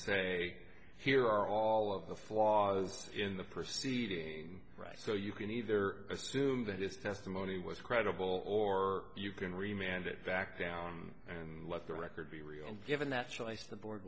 say here are all of the flaws in the proceeding right so you can either assume that it's testimony was credible or you can remain and it back down and let the record be real and given that choice the board